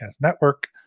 Network